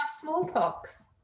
smallpox